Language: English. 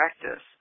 practice